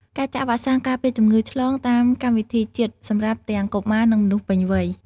ការចាក់វ៉ាក់សាំងការពារជំងឺឆ្លង តាមកម្មវិធីជាតិ សម្រាប់ទាំងកុមារ និងមនុស្សពេញវ័យ។